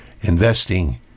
investing